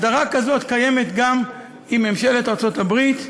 הסדרה כזאת קיימת גם עם ממשלת ארצות הברית,